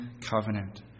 covenant